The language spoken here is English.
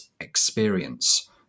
experience